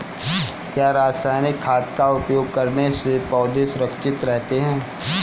क्या रसायनिक खाद का उपयोग करने से पौधे सुरक्षित रहते हैं?